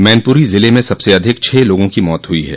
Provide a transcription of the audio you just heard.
मैनपुरी जिले में सबसे अधिक छह लोगों की मौत हुई ह